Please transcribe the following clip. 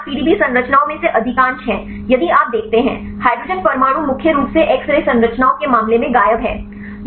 दूसरी बात पीडीबी संरचनाओं में से अधिकांश है यदि आप देखते हैं हाइड्रोजन परमाणु मुख्य रूप से एक्स रे संरचनाओं के मामले में गायब हैं